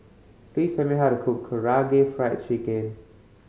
please tell me how to cook Karaage Fried Chicken